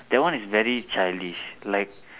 that one is very childish like